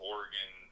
Oregon